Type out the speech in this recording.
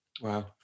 Wow